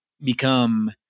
become